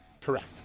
Correct